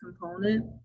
component